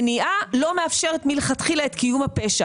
מניעה לא מאפשרת מלכתחילה את קיום הפשע.